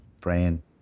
praying